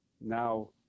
now